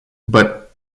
but